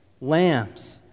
lambs